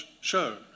show